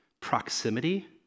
proximity